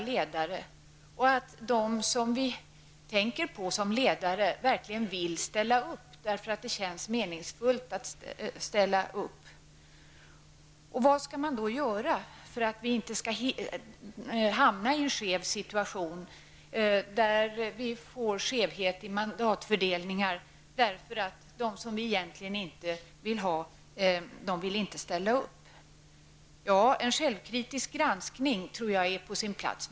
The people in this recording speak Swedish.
Det är också viktigt att de som vi vill ha som ledare verkligen vill ställa upp och att det känns meningsfullt för dem att göra en insats. Vad skall man då göra för att undvika att hamna i en skev situation, där mandatfördelningen blir sned på grund av att de som vi egentligen vill ha inte vill ställa upp? Jag tror att det är på sin plats med en självkritisk granskning.